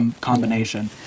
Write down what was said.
combination